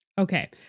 Okay